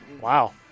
Wow